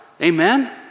Amen